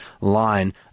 line